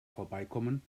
vorbeikommen